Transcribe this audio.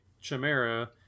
Chimera